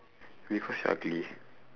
because you ugly